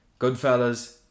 Goodfellas